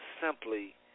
simply